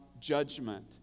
judgment